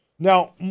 Now